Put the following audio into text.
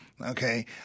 Okay